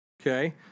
okay